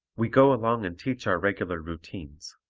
we go along and teach our regular routines,